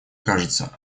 кажется